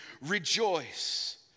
rejoice